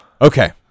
Okay